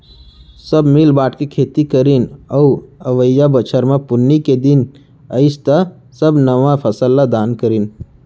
सब मिल बांट के खेती करीन अउ अवइया बछर म पुन्नी के दिन अइस त सब नवा फसल ल दान करिन